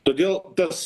todėl tas